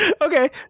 okay